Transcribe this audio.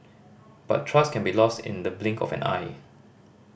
but trust can be lost in the blink of an eye